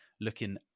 looking